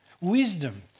wisdom